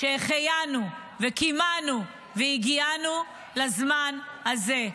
"שהחיינו וקיימנו והגיענו לזמן הזה".